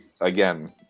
again